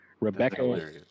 Rebecca